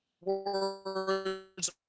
words